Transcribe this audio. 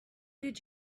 did